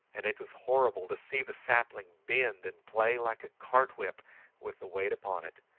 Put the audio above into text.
and it was horrible to see the sapling bend and play like a cart-whip with the weight upon it.